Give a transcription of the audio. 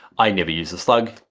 i never use a slug.